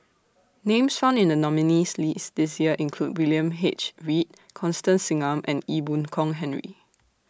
Names found in The nominees' list This Year include William H Read Constance Singam and Ee Boon Kong Henry